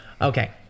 Okay